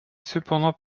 cependant